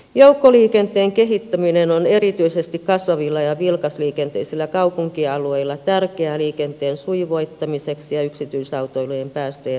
joukkoliikenteen kehittäminen on erityisesti kasvavilla ja vilkasliikenteisillä kaupunkialueilla tärkeää liikenteen sujuvoittamiseksi ja yksityisautoilun päästöjen vähentämiseksi